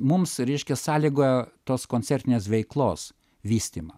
mums reiškia sąlygojo tos koncertinės veiklos vystymą